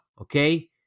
okay